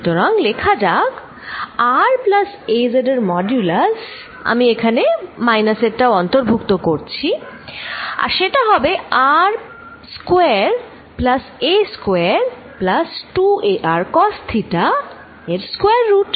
সুতরাং লেখা যাক r প্লাস az এর মড্যুলাস আমি এখানে মাইনাস এর টাও অন্তর্ভুক্ত করছি আর সেটা হবে r square plus a square plus 2ar cos theta এর স্কয়ার রুট